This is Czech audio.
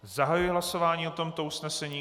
Zahajuji hlasování o tomto usnesení.